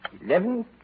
Eleven